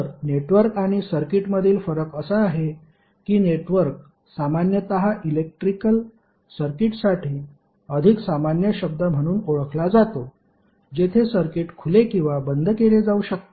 तर नेटवर्क आणि सर्किटमधील फरक असा आहे की नेटवर्क सामान्यत इलेक्ट्रिकल सर्किटसाठी अधिक सामान्य शब्द म्हणून ओळखला जातो जेथे सर्किट खुले किंवा बंद केले जाऊ शकते